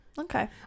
Okay